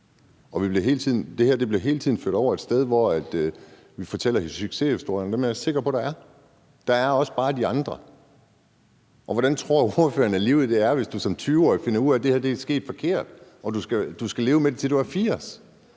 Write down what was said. Det bliver hele tiden ført et sted hen, hvor vi fortæller succeshistorierne. Dem er jeg sikker på der er, men der er bare også de andre. Og hvordan tror ordføreren at livet er, hvis du som 20-årig finder ud af, at det her er sket forkert og du skal leve med det, til du er 80